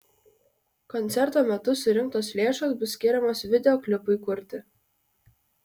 koncerto metu surinktos lėšos bus skiriamos videoklipui kurti